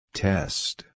test